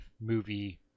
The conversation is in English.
movie